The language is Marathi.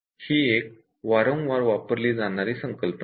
ही एक वारंवार वापरली जाणारी संकल्पना आहे